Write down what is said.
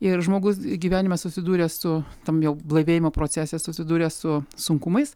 ir žmogus gyvenime susidūręs su tam jau blaivėjimo procese susidūręs su sunkumais